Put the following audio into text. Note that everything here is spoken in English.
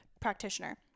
practitioner